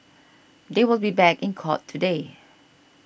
they will be back in court today